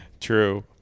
True